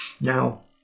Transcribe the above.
now